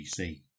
BC